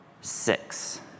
six